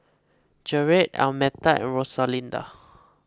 Gerrit Almeta and Rosalinda